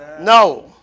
No